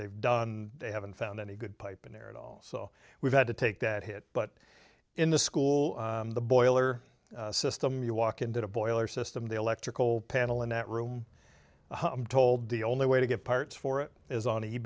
they've done they haven't found any good pipe in there at all so we've had to take that hit but in the school the boiler system you walk into the boiler system the electrical panel in that room i'm told the only way to get parts for it is on e